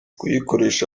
kuyikoresha